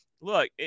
look